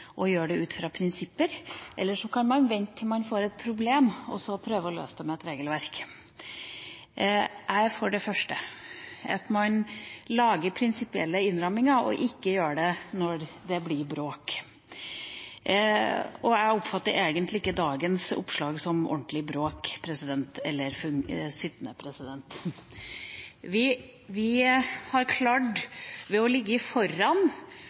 å løse det med et regelverk. Jeg er for det første, at man lager prinsipielle innramminger og ikke gjør det når det blir bråk. Jeg oppfatter egentlig ikke dagens oppslag som ordentlig bråk, president – eller sittende president. Ved å ligge